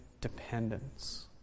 dependence